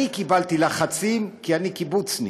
אני קיבלתי לחצים כי אני קיבוצניק.